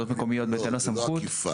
בוועדות מקומיות בהתאם לסמכות.